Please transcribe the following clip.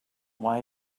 why